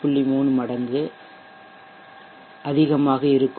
3 மடங்கு இருக்கும்